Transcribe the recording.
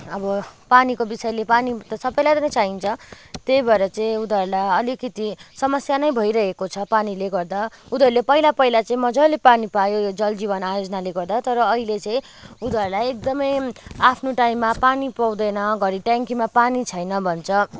अब पानीको विषयले पानी त सबैलाई त चाहिन्छ त्यही भएर चाहिँ उनीहरूलाई अलिकति समस्यानै भइरहेको छ पानीले गर्दा उनीहरूले चाहिँ पहिला पहिला चाहिँ मज्जाले पानी पायो यो जल जीवन आयोजनाले गर्दा तर अहिले चाहिँ उनीहरूलाई एकदमै आफ्नो टाइममा पानी पाउँदैन घरि ट्याङ्कीमा पानी छैन भन्छ